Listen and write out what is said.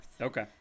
Okay